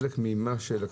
חלק ממה?